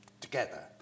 together